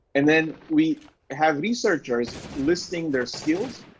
and then we have researchers listing their skills,